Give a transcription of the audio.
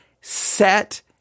set